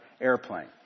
airplane